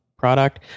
Product